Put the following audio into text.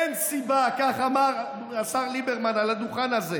אין סיבה, כך אמר השר ליברמן, על הדוכן הזה,